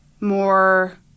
more